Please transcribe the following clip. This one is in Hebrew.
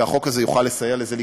והחוק הזה יוכל לסייע לזה לקרות,